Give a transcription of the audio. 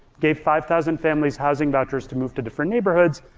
gave five thousand families housing vouchers to move to different neighborhoods.